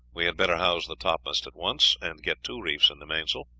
we had better house the topmast at once, and get two reefs in the mainsail.